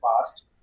fast